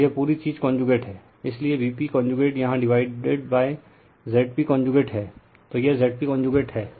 और यह पूरी चीज कॉनजूगेट है इसलिए Vp कॉनजूगेट यहाँ डिवाइडेडZp कॉनजूगेट है तो यह Zp कॉनजूगेट है